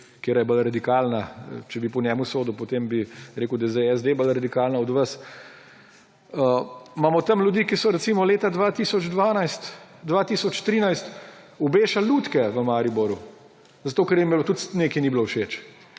katera je bolj radikalna, če bi po njem sodil, potem bi rekel, da je sedaj SD bolj radikalna od vas. Imamo tam ljudi, ki so, recimo, leta 2012, 2013 obešali lutke v Mariboru, ker jim tudi nekaj ni bilo všeč.